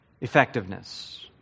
effectiveness